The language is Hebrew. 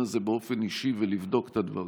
הזה באופן באישי ולבדוק את הדברים,